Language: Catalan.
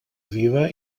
viva